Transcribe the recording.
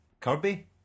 Kirby